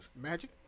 Magic